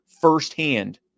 firsthand